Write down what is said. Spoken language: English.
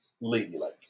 ladylike